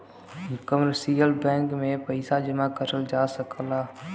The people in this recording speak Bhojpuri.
कमर्शियल बैंक में पइसा जमा करल जा सकला